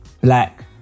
black